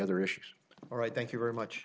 other issues or i thank you very much